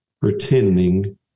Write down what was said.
pretending